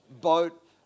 boat